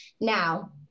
Now